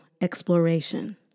exploration